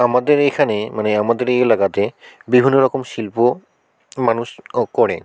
আমাদের এখানে মানে আমাদের এই এলাকাতে বিভিন্ন রকম শিল্প মানুষ ও করে